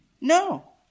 no